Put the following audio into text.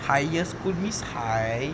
higher school means high